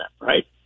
right